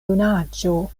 junaĝo